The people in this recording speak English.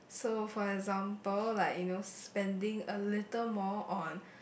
so for example like you know spending a little more on